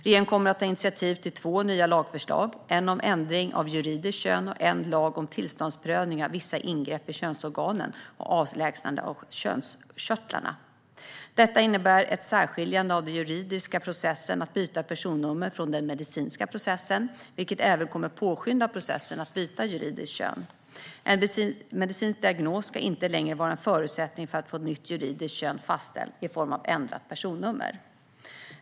Regeringen kommer att ta initiativ till två nya lagförslag: en lag om ändring av juridiskt kön och en lag om tillståndsprövning av vissa ingrepp i könsorganen och avlägsnande av könskörtlarna. Detta innebär ett särskiljande av den juridiska processen att byta personnummer från den medicinska processen, vilket även kommer att påskynda processen att byta juridiskt kön. En medicinsk diagnos ska inte längre vara en förutsättning för att få nytt juridiskt kön fastställt i form av ändrat personnummer.